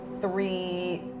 three